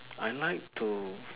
I like to